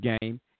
game